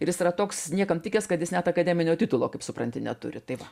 ir jis yra toks niekam tikęs kad jis net akademinio titulo kaip supranti neturi tai va